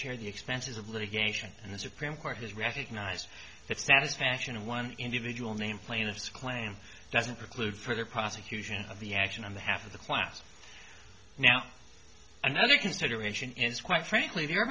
share the expenses of litigation and the supreme court has recognized that satisfaction of one individual name plaintiffs claim doesn't preclude for their prosecution of the action on the half of the classic now another consideration is quite frankly the